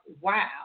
wow